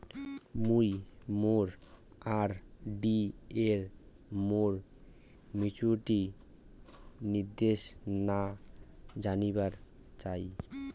মুই মোর আর.ডি এর মোর মেচুরিটির নির্দেশনা জানিবার চাই